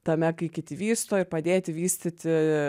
tame kai kiti vysto ir padėti vystyti